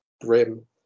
grim